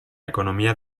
economía